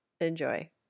Enjoy